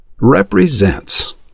represents